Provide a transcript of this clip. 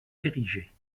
érigé